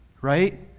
Right